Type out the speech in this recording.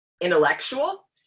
intellectual